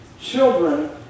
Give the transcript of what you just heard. Children